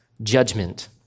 judgment